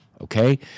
okay